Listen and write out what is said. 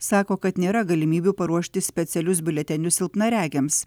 sako kad nėra galimybių paruošti specialius biuletenius silpnaregiams